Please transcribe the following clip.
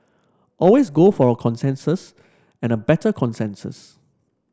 always go for a consensus and a better consensus